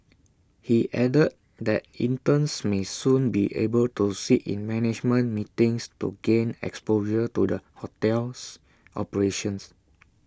he added that interns may soon be able to sit in management meetings to gain to the hotel's operations